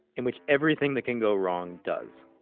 in which everything that can go wrong does.